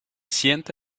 sienta